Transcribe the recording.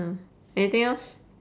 uh anything else